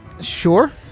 Sure